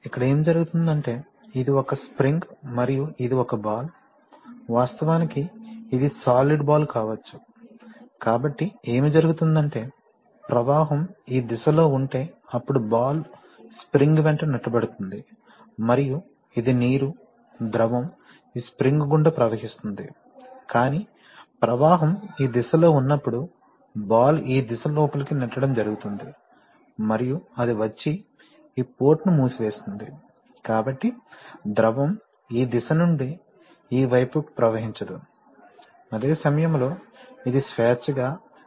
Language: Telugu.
ఇక్కడ ఏమి జరుగుతుందంటే ఇది ఒక స్ప్రింగ్ మరియు ఇది ఒక బాల్ వాస్తవానికి ఇది సాలిడ్ బాల్ కావచ్చు కాబట్టి ఏమి జరుగుతుందంటే ప్రవాహం ఈ దిశ లో ఉంటే అప్పుడు బాల్ స్ప్రింగ్ వెంట నెట్టబడుతుంది మరియు ఇది నీరు ద్రవం ఈ స్ప్రింగ్ గుండా ప్రవహిస్తుంది కాని ప్రవాహం ఈ దిశలో ఉన్నప్పుడు బాల్ ఈ దిశ లోపలికి నెట్టడం జరుగుతుంది మరియు అది వచ్చి ఈ పోర్ట్ ని మూసివేస్తుంది కాబట్టి ద్రవం ఈ దిశ నుండి ఈ వైపుకు ప్రవహించదు అదే సమయంలో ఇది స్వేచ్ఛగా దీని లో ప్రవహిస్తుంది